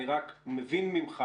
אני מבין ממך